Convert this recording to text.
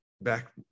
back